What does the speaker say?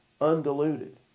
undiluted